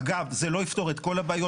אגב, זה לא יפתור את כל הבעיות.